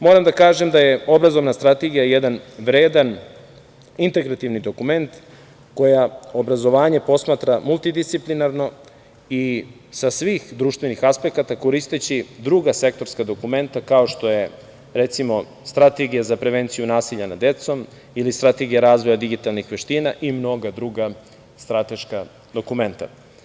Moram da kažem da je obrazovna strategija jedan vredan integrativni dokument koji obrazovanje posmatra multidisciplinarno i sa svih društvenih aspekata koristeći druga sektorska dokumenta kao što je, recimo, Strategija za prevenciju nasilja nad decom, Strategija razvoja digitalnih veština i mnoga druga strateška dokumenta.